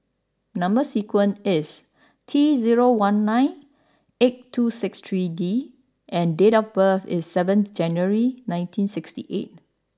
number sequence is T zero one nine eight two six three D and date of birth is seventh January nineteen sixty eight